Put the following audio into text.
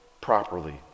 properly